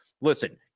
listen